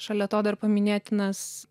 šalia to dar paminėtinas